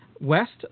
West